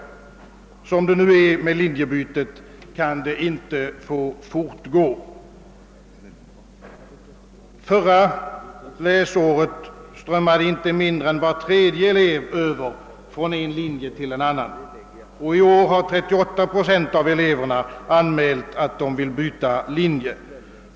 Som det nu är med linjebytet kan det inte få fortgå. Förra läsåret gick inte mindre än var tredje elev över från en linje till en annan, och i år har 38 procent anmält att de vill byta linje.